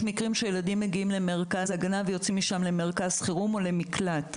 יש מקרים שילדים מגיעים למרכז ההגנה ויוצאים משם למרכז חירום או למקלט,